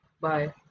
bye